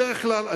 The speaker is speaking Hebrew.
בדרך כלל,